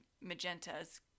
Magenta's